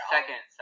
Second